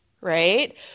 right